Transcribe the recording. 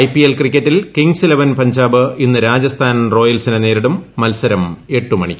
I P L ക്രിക്കറ്റിൽ kings eleven Punjab ഇന്ന് രാജസ്ഥാൻ റോയൽസിനെ നേരിടും മത്സരം എട്ട് മണിക്ക്